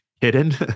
hidden